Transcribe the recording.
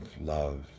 love